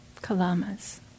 Kalamas